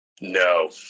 No